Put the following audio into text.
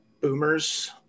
boomers